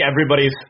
everybody's